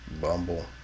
Bumble